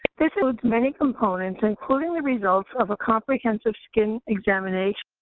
this includes many components, including the results of a comprehensive skin examination,